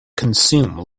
consume